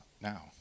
now